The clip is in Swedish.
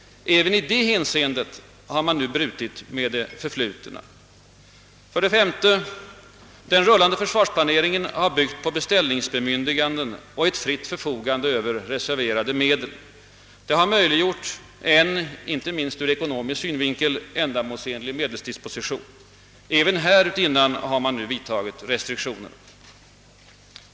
Även i det hänseendet har man nu brutit med det förflutna. 5. Den rullande försvarsplaneringen har byggt på beställningsbemyndiganden och ett fritt förfogande över reserverade medel. Detta har möjliggjort en inte minst ur ekonomisk synvinkel än damålsenlig medelsdisposition. Även härutinnan har nu restriktioner vidtagits.